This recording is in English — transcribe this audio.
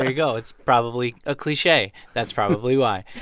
and go. it's probably a cliche. that's probably why.